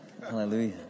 Hallelujah